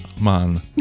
man